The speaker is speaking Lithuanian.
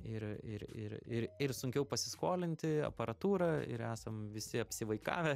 ir ir ir ir ir sunkiau pasiskolinti aparatūrą ir esam visi apsivaikavę